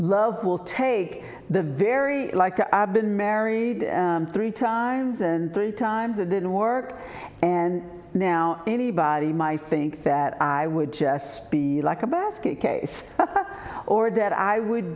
love will take the very like i've been married three times and three times a didn't work and now anybody my think that i would just be like a basket case or that i would